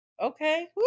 Okay